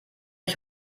ich